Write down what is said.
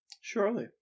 Surely